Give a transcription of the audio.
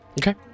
Okay